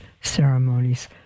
ceremonies